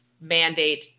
mandate